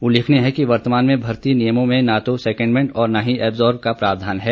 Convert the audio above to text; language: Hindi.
उल्लेखनीय है कि वर्तमान में भर्ती नियमों में ना तो सेकेंडमेंट और ना ही एब्जोर्ब का प्रावधान है